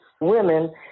women